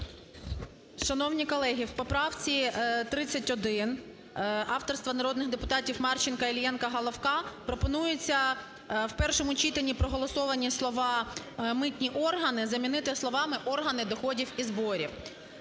Шановні колеги, в поправці 31 авторства народних депутатів Марченка, Іллєнка, Головка пропонується в першому читанні проголосовані слова "митні органи" замінити словами "органи доходів і зборів".